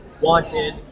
wanted